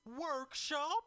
Workshop